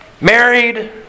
married